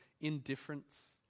indifference